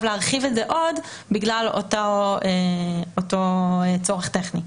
להרחיב את זה עוד בגלל אותו צורך טכני.